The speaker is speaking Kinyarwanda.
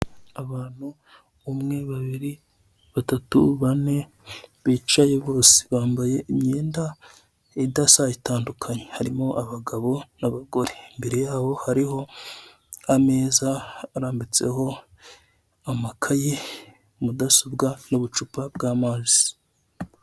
Abantu umwe babiri batatu bane bicaye bose bambaye imyenda idasa itandukanye, harimo abagabo n'abagore imbere yaho hariho ameza arambitseho amakayi, mudasobwa n'ubucupa bw'amazi.